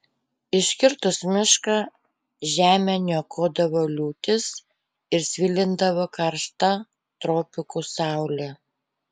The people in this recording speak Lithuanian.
iškirtus mišką žemę niokodavo liūtys ir svilindavo karšta tropikų saulė